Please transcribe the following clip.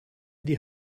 die